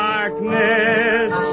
Darkness